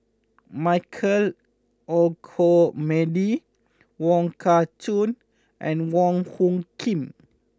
Michael Olcomendy Wong Kah Chun and Wong Hung Khim